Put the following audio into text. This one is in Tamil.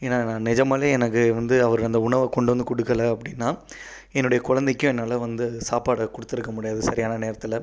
ஏன்னா நான் நெஜமாவே எனக்கு வந்து அவர் அந்த உணவை கொண்டு வந்து கொடுக்கலை அப்படின்னா என்னுடைய குழந்தைக்கு என்னால் வந்து சாப்பாடை கொடுத்துருக்க முடியாது சரியான நேரத்தில்